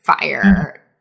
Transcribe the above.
fire